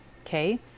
okay